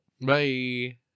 Bye